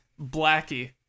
Blackie